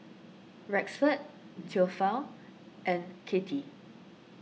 Rexford theophile and Katie